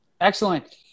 Excellent